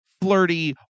flirty